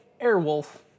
Airwolf